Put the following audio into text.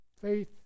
faith